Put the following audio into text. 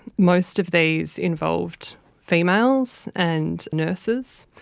most of these involved females and nurses.